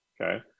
okay